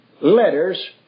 letters